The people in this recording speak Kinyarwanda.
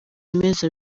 amezi